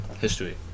history